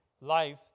life